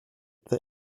that